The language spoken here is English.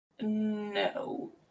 No